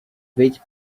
vit